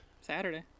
Saturday